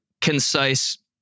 concise